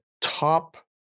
top